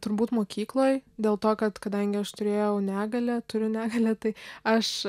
turbūt mokykloj dėl to kad kadangi aš turėjau negalią turiu negalią tai aš